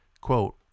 Quote